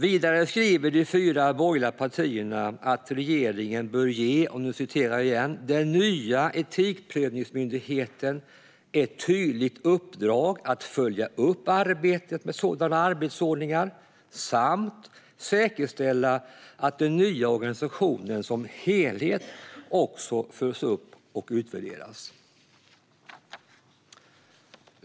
Vidare skriver de fyra borgerliga partierna att regeringen bör ge "den nya etikprövningsmyndigheten ett tydligt uppdrag att följa upp arbetet med sådana arbetsordningar samt säkerställa att den nya organisationen som helhet också följs upp och utvärderas".